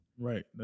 right